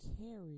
carry